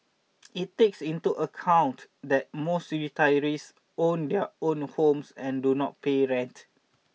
it takes into account that most retirees own their own homes and do not pay rent